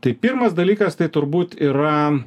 tai pirmas dalykas tai turbūt yra